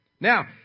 Now